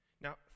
Now